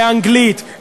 לאנגלית,